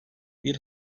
bir